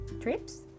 trips